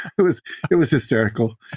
it was it was hysterical